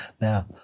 Now